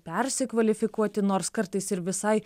persikvalifikuoti nors kartais ir visai